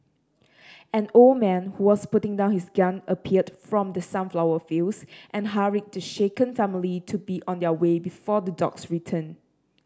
an old man who was putting down his gun appeared from the sunflower fields and hurried the shaken family to be on their way before the dogs return